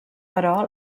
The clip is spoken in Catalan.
però